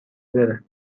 بره